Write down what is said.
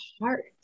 heart